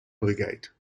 brigade